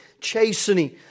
chastening